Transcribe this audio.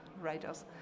writers